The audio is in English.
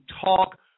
talk